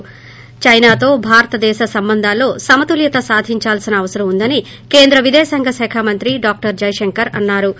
ి చైనాతో భారతదేశ సంబంధాలలో సమతూల్యత సాధించాల్పిన అవసరం ఉందని కేంద్ర విదేశాంగ శాఖ మంత్రి డాక్టర్ జైశంకర్ అన్నా రు